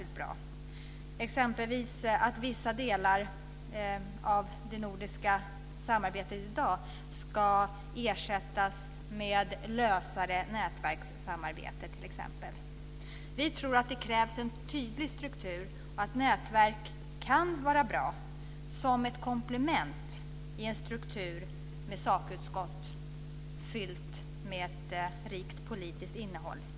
Det föreslås exempelvis att vissa delar av det nordiska samarbetet i dag ska ersättas med ett lösare nätverkssamarbete. Vi tror att det krävs en tydlig struktur och att nätverk kan vara bra som ett komplement i en struktur med sakutskott, givetvis fyllt med ett rikt politiskt innehåll.